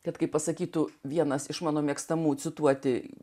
kad kaip pasakytų vienas iš mano mėgstamų cituoti